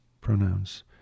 pronouns